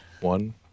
one